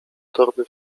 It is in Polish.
torby